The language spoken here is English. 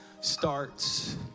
starts